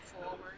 forward